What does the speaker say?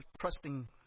trusting